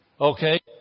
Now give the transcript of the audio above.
Okay